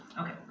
Okay